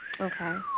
Okay